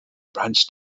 branched